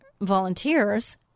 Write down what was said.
volunteers